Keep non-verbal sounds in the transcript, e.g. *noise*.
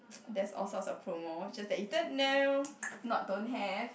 *noise* there's all sorts of promo it's just that you don't know *noise* not don't have